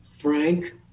Frank